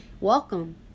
welcome